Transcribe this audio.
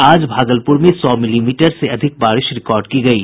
आज भागलपुर में सौ मिलीमीटर से अधिक बारिश रिकॉर्ड की गयी